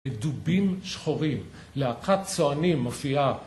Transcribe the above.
לדובים שחורים, להקת צוענים מופיעה